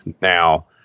Now